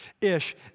Ish